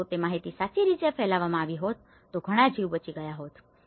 તેથી જો તે માહિતી સાચી રીતે ફેલાવવામાં આવી હોત તો આપણે ઘણાં લોકોના જીવ બચાવ્યા હોત